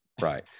right